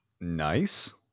Nice